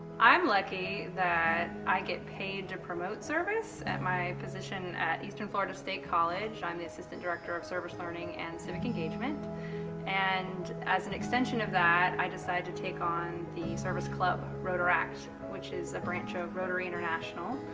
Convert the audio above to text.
i'm lucky that i get paid to promote service at my position at eastern florida state college. i'm the assistant director of service-learning and civic engagement and as an extension of that i decided to take on the service club rotaract which is a branch of rotary international,